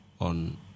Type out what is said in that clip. on